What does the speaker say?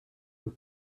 who